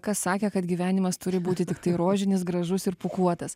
kas sakė kad gyvenimas turi būti tiktai rožinis gražus ir pūkuotas